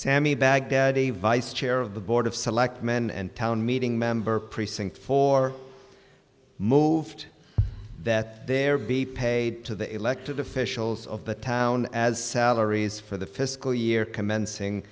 sammy baghdad a vice chair of the board of selectmen and town meeting member precinct four moved that there be paid to the elected officials of the town as salaries for the fiscal year commencing